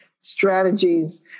strategies